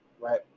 right